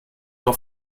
mehr